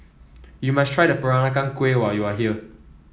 you must try the Peranakan Kueh when you are here